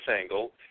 angle